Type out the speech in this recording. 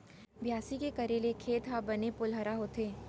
बियासी के करे ले खेत ह बने पोलपरहा होथे